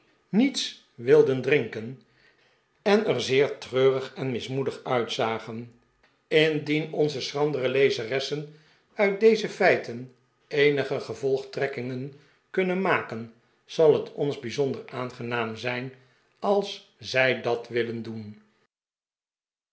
niets wilden drinken en er zeer treurig en mismoedig uitzagen indien onze schrandere lezeressen uit deze feiten eenige gevolgtrekking kunnen maken zal het ons bijzonder aangenaam zijn als zij dat willen doen